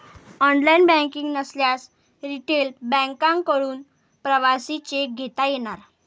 online banking नसल्यास retail बँकांकडून प्रवासी चेक घेता येणार